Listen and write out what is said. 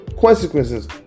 consequences